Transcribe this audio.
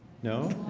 no